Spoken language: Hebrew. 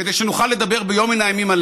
כדי שנוכל לדבר עליהם ביום מן הימים.